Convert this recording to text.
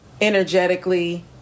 energetically